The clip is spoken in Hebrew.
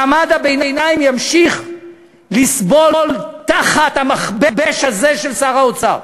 מעמד הביניים ימשיך לסבול תחת המכבש הזה של שר האוצר.